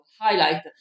highlight